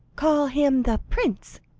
call him the prince,